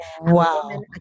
Wow